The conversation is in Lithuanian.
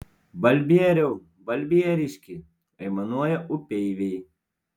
balbieriau balbieriški aimanuoja upeiviai